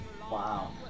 Wow